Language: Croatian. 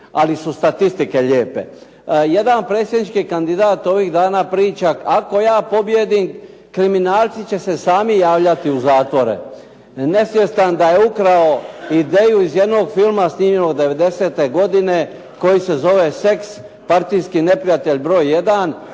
ali su statistike lijepe. Jedan predsjednički kandidat ovih dana priča "Ako ja pobijedim kriminalci će se sami javljati u zatvore." Nesvjestan da je ukrao ideju iz jednog filma snimljenog 90. godine koji se zove "Sex partijski neprijatelj broj